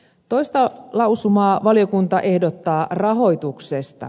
toista lausumaa valiokunta ehdottaa rahoituksesta